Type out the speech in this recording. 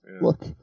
Look